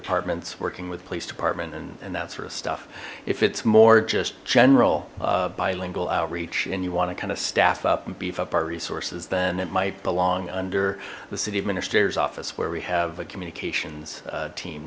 departments working with police department and that sort of stuff if it's more just general bilingual outreach and you want to kind of staff up and beef up our resources then it might belong under the city of ministers office where we have a communications team